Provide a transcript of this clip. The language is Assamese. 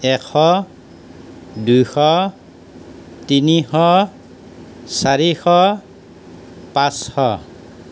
এশ দুশ তিনিশ চাৰিশ পাঁচশ